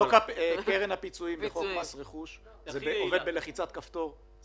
קרן הפיצויים וחוק מס רכוש זה עובד בלחיצת כפתור,